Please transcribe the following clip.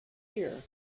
year